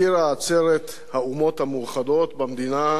הכריזה עצרת האומות המאוחדות על הקמת מדינת